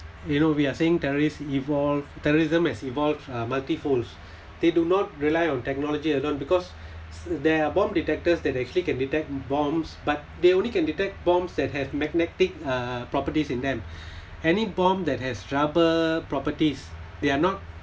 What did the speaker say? you know we are saying terrorists evolve terrorism has evolved uh multifold they do not rely on technology alone because there are bomb detectors that actually can detect bombs but they only can detect bombs that have magnetic uh properties in them any bomb that has rubber properties they are not